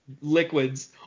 liquids